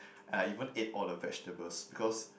I even ate all the vegetables because